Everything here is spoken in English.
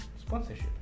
sponsorship